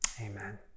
amen